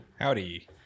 Howdy